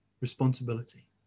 responsibility